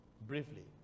Briefly